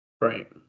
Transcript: Right